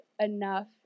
enough